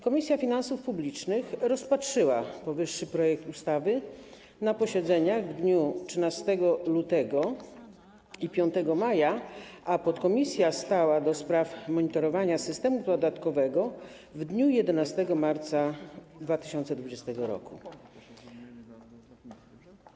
Komisja Finansów Publicznych rozpatrzyła powyższy projekt ustawy na posiedzeniach w dniach 13 lutego i 5 maja, a podkomisja stała do spraw monitorowania systemu podatkowego - w dniu 11 marca 2020 r.